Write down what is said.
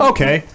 Okay